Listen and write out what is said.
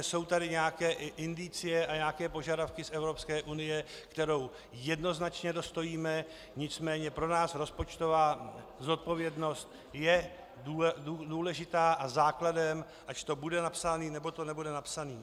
Jsou tady samozřejmě nějaké indicie a nějaké požadavky z Evropské unie, kterým jednoznačně dostojíme, nicméně pro nás rozpočtová zodpovědnost je důležitá a základem, ať to bude napsáno, nebo to nebude napsáno.